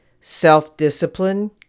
self-discipline